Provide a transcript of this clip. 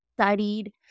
studied